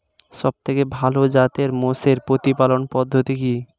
সবথেকে ভালো জাতের মোষের প্রতিপালন পদ্ধতি কি?